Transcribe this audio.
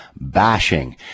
bashing